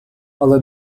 але